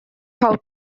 how